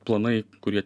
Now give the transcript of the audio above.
planai kurie